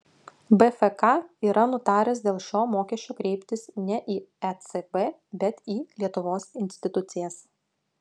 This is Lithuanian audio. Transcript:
bfk yra nutaręs dėl šio mokesčio kreiptis ne į ecb bet į lietuvos institucijas